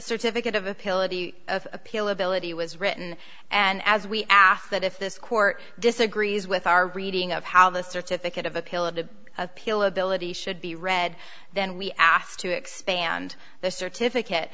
the appeal ability was written and as we asked that if this court disagrees with our reading of how the certificate of appeal of the appeal ability should be read then we asked to expand the certificate